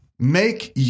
Make